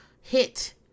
hit